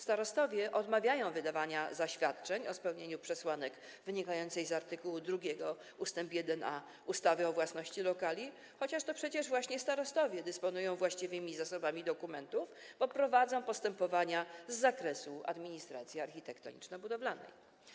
Starostowie odmawiają wydawania zaświadczeń o spełnieniu przesłanek wynikających z art. 2 ust. 1a ustawy o własności lokali, chociaż to przecież właśnie starostowie dysponują właściwymi zasobami dokumentów, bo prowadzą postępowania z zakresu administracji architektoniczno-budowlanej.